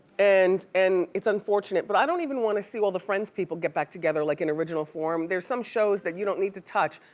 and and it's unfortunate. but i don't even wanna see all the friends people get back together like in original form. there are some shows that you don't need to touch.